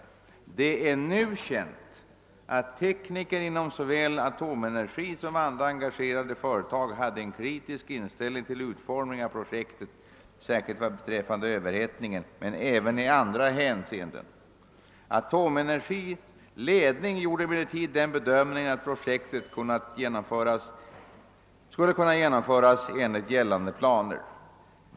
Det är nu känt att tekniker inom såväl Atomenergi som andra engagerade företag hade en kritisk inställning till utformningen av projektet, särskilt beträffande överhettningen men även i andra hänseenden. Atomenergis ledning gjorde emellertid den bedömningen att projektet skulle kunna genomföras enligt gällande planer.